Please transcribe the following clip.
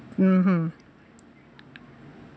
mmhmm